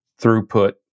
throughput